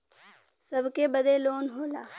सबके बदे लोन होला